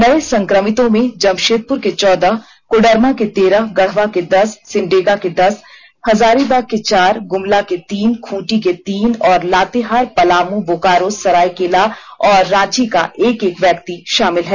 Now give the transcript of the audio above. नए संक्रमितों में जमशेदपुर के चौदह कोडरमा के तेरह गढ़वा के दस सिमडेगा के दस हजारीबाग के चार गुमला के तीन खूंटी के तीन और लातेहारपलाम बोकारो सरायकेला और रांची का एक एक व्यक्ति शामिल है